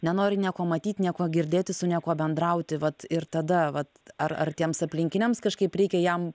nenori nieko matyt nieko girdėti su niekuo bendrauti vat ir tada vat ar ar tiems aplinkiniams kažkaip reikia jam